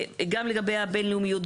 גם לגבי הבין לאומיות,